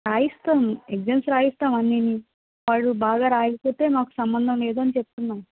రాయిస్తాం exams రాయిస్తాం అన్నీని వాళ్ళు బాగా రాయకపోతే మాకు సంబంధం లేదు అని చెప్తున్నాం